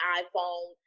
iPhone